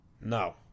No